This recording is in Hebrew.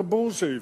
ברור שאי-אפשר.